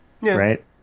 right